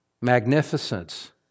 magnificence